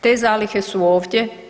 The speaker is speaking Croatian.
Te zalihe su ovdje.